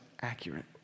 accurate